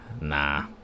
Nah